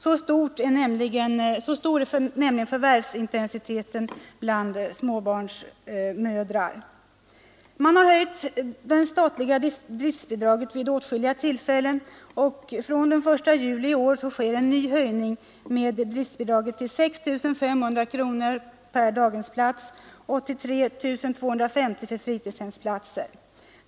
Så stor är nämligen förvärvsintensiteten bland småbarnsmödrar. Man har höjt det statliga driftbidraget vid åtskilliga tillfällen, och från den 1 juli i år sker en ny höjning av driftbidragen till 6 500 kronor per daghemsplats och till 3 250 kronor per fritidshemsplats.